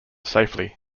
safely